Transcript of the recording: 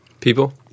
People